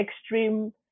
extreme